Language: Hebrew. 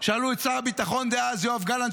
שאלו את שר הביטחון דאז יואב גלנט,